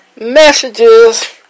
messages